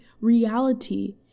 reality